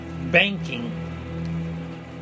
banking